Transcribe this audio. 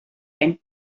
ein